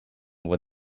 would